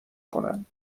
کنند